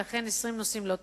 ולכן 20 נושאים לא טופלו.